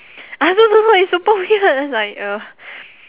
I also don't know it's super weird it's like uh